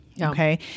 okay